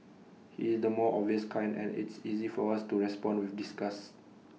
he is the more obvious kind and it's easy for us to respond with disgust